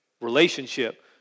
Relationship